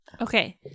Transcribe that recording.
okay